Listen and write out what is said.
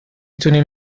تونیم